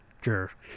jerk